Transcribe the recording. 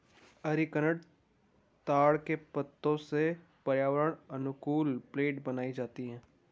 areca nut ताड़ के पत्तों से पर्यावरण अनुकूल प्लेट बनाई जाती है